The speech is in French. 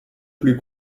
plus